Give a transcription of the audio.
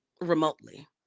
remotely